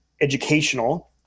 educational